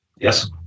Yes